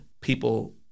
people